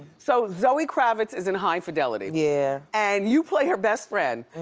so zoe kravitz is in high fidelity. yeah. and you play her best friend.